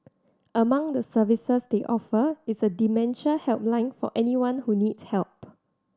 among the services they offer is a dementia helpline for anyone who needs help